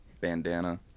bandana